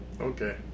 Okay